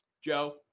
Joe